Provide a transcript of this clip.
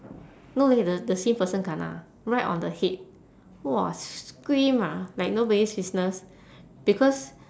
no leh the the same person kena right on the head !wah! scream ah like nobody's business because